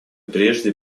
прежде